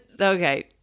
Okay